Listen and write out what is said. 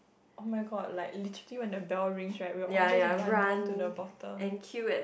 oh-my-god like literally when the bell rings right we all just run down to the bottom